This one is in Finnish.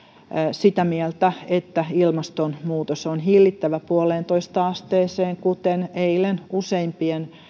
sitä mieltä että ilmastonmuutos on hillittävä yhteen pilkku viiteen asteeseen kuten eilen useimpien